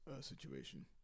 situation